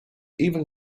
even